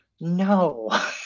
no